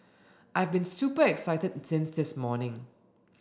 I've been super excited since this morning